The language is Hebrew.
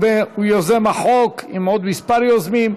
הוא יוזם החוק עם עוד כמה יוזמים,